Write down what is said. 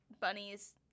bunnies